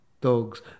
dogs